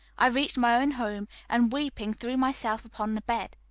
i reached my own home, and weeping threw myself upon the bed.